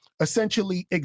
essentially